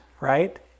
right